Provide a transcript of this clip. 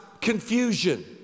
confusion